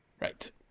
Right